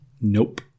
Nope